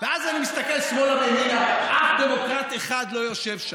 ואז אני מסתכל שמאלה וימינה אף דמוקרט אחד לא יושב שם.